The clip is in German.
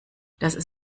das